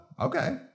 okay